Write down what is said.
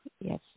Yes